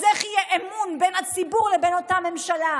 אז איך יהיה אמון בין הציבור לבין אותה ממשלה?